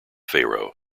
pharaoh